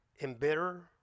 embitter